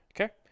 okay